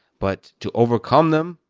but to overcome them,